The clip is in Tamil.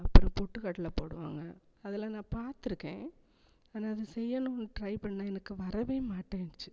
அப்புறம் பொட்டுக்கடலை போடுவாங்க அதில் நான் பார்த்துருக்கேன் ஆனால் அதை செய்யணும்னு ட்ரை பண்ணால் எனக்கு வரவே மாட்டேனுச்சு